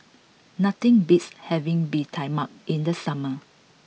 nothing beats having Bee Tai Mak in the summer